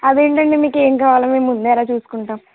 అదేంటండి మీకు ఏం కావాలో మేము ముందే ఎలా చూసుకుంటాం